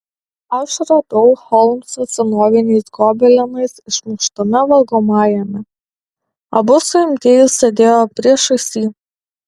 aš radau holmsą senoviniais gobelenais išmuštame valgomajame abu suimtieji sėdėjo priešais jį